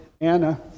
Anna